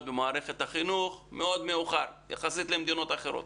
במערכת החינוך מאוד מאוחר יחסית למדינות אחרות.